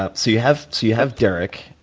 ah so you have so you have derek.